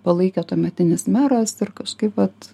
palaikė tuometinis meras ir kažkaip vat